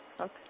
Okay